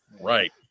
Right